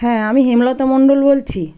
হ্যাঁ আমি হেমলতা মন্ডল বলছি